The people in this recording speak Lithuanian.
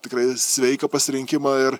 tikrai sveiką pasirinkimą ir